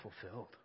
fulfilled